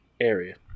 area